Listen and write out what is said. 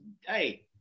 Hey